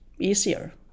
easier